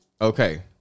Okay